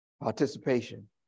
Participation